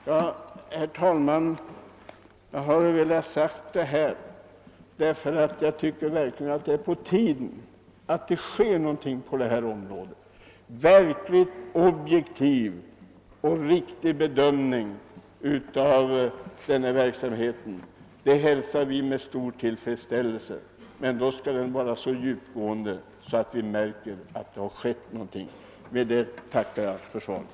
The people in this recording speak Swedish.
Herr talman! Jag har velat framhålla detta, eftersom det verkligen är på tiden att något händer på detta område. Vi skulle hälsa en verkligt objektiv och riktig bedömning av denna verksamhet med stor tillfredsställelse, men den skall i så fall vara så djupgående att den leder till märkbara resultat.